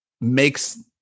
makes